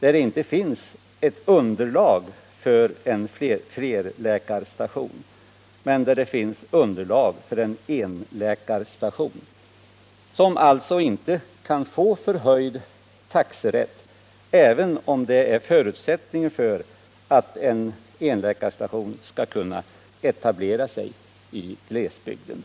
där det inte finns ett underlag för en flerläkarstation, utan endast för en enläkarstation. För en sådan kan man alltså inte få förhöjd taxenivå, trots att detta är en förutsättning för att en enläkarstation skall kunna etablera sig i glesbygden.